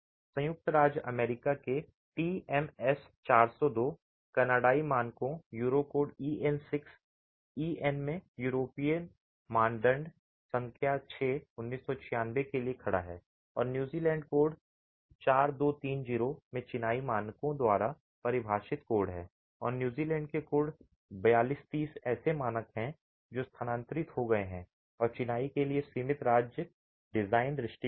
संयुक्त राज्य अमेरिका के टीएमएस 402 कनाडाई मानकों यूरोकोड EN में यूरोपीय मानदंड संख्या 6 1996 के लिए खड़ा है और न्यूजीलैंड कोड 4230 में चिनाई मानकों द्वारा परिभाषित कोड हैं और न्यूजीलैंड के कोड 4230 ऐसे मानक हैं जो स्थानांतरित हो गए हैं चिनाई के लिए सीमित राज्य डिजाइन दृष्टिकोण में